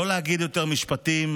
לא להגיד יותר משפטים,